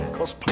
Cause